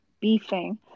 beefing